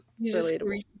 relatable